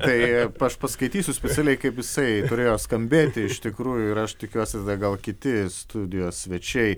tai aš paskaitysiu specialiai kaip jisai turėjo skambėti iš tikrųjų ir aš tikiuosi tada gal kiti studijos svečiai